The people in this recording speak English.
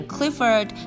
Clifford